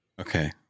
Okay